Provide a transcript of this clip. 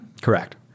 Correct